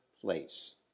place